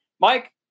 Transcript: Mike